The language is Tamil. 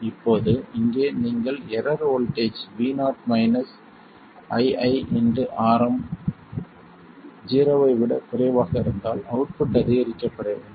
இப்போது இங்கே நீங்கள் error voltage Vo ii Rm ஜீரோவை விட குறைவாக இருந்தால் அவுட்புட் அதிகரிக்கப்பட வேண்டும்